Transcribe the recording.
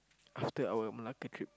after our Malacca trip